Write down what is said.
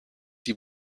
die